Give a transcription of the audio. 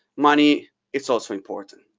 money is also important,